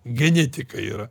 genetika yra